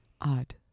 odd